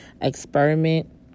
experiment